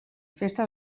festa